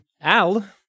Al